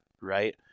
right